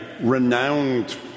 renowned